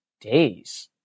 days